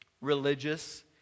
religious